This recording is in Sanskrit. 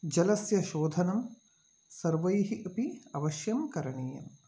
जलस्य शोधनम् सर्वैः अपि अवश्यं करणीयम्